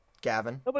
Gavin